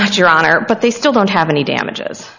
not your honor but they still don't have any damages